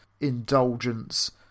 indulgence